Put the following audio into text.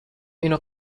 اینو